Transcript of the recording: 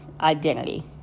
identity